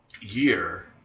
year